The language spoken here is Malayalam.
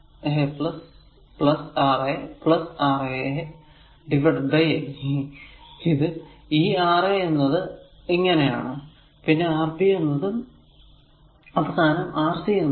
ഈ Ra എന്നത് a a a R a R a a a പിന്നെ Rb a a a R a R a a അവസാനം Rc എന്നത് a a a R a R a a R a